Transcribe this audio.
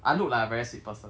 I look like a very sweet person